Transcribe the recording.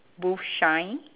boot shine